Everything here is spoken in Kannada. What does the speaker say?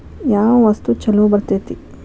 ಯಾವ ವಸ್ತು ಛಲೋ ಬರ್ತೇತಿ?